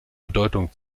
bedeutung